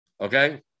Okay